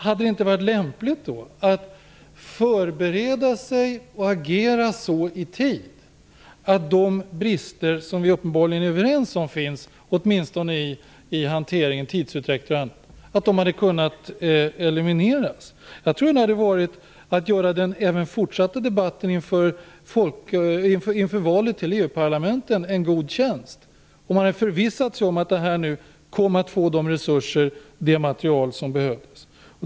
Hade det inte varit lämpligt att förbereda sig och i tid agera så att de brister som vi uppenbarligen är överens om finns, åtminstone i hantering, tidsutdräkt och annat, hade kunnat elimineras? Om man förvissat sig om att den här hanteringen hade fått de resurser och det material som behövdes, tror jag att det hade varit att göra även den fortsatta debatten inför valet till EU-parlamentet en god tjänst.